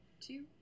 two